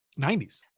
90s